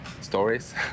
stories